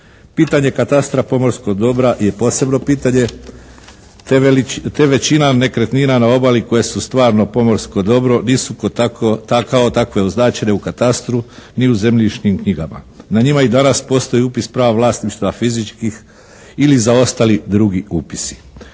Pitanje katastra pomorskog dobra je posebno pitanje, te većina nekretnina na obali koje su stvarno pomorsko dobro nisu kao takve označene u katastru ni u zemljišnim knjigama. Na njima i danas postoji upis prava vlasništva fizičkih ili zaostali drugi upisi.